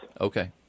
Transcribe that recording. Okay